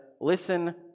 listen